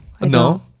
No